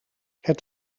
het